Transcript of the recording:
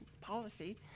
policy